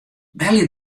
belje